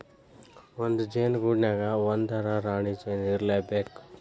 ಒಂದ ಜೇನ ಗೂಡಿನ್ಯಾಗ ಒಂದರ ರಾಣಿ ಜೇನ ಇರಲೇಬೇಕ